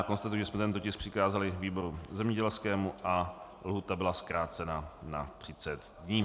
Konstatuji, že jsme tento tisk přikázali výboru zemědělskému a lhůta byla zkrácena na 30 dní.